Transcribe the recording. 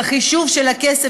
בחישוב של הכסף,